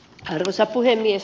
arvoisa puhemies